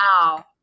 Wow